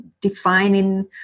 defining